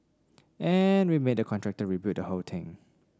and we made the contractor rebuild the whole thing